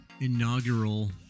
inaugural